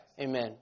Amen